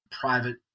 private